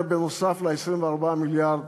בנוסף ל-24 מיליארד